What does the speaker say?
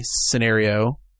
scenario